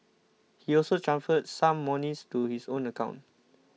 he also transferred some monies to his own account